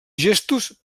gestos